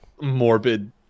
morbid